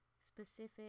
specific